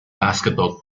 basketball